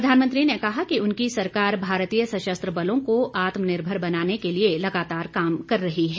प्रधानमंत्री ने कहा कि उनकी सरकार भारतीय सशस्त्र बलों को आत्मनिर्भर बनाने के लिए लगातार काम कर रही है